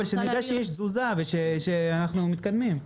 אבל שנדע שיש תזוזה ושאנחנו מתקדמים.